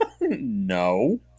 No